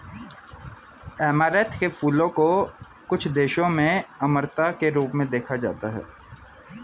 amaranth के फूलों को कुछ देशों में अमरता के रूप में देखा जाता है